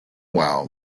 wow